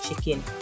chicken